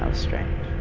strange.